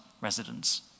residents